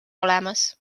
olemas